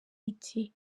iti